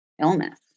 illness